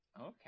Okay